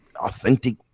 authentic